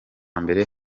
mbere